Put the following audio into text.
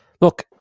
look